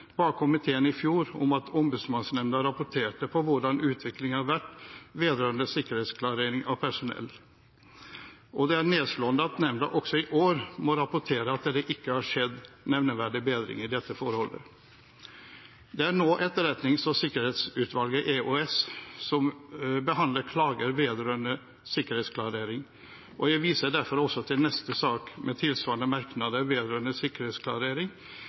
ba komiteen i fjor om at Ombudsmannsnemnda rapporterte om hvordan utviklingen har vært vedrørende sikkerhetsklarering av personell, og det er nedslående at nemnda også i år må rapportere at det ikke har skjedd noen nevneverdig bedring i dette forholdet. Det er nå etterretnings- og sikkerhetsutvalget, EOS, som behandler klager vedrørende sikkerhetsklarering, jeg viser derfor også til neste sak med tilsvarende merknader vedrørende sikkerhetsklarering,